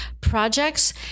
projects